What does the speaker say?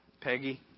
Peggy